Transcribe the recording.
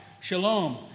Shalom